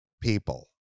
People